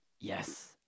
Yes